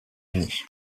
unis